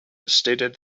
stated